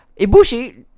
Ibushi